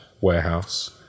warehouse